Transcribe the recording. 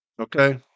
Okay